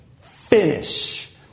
Finish